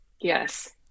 Yes